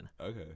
Okay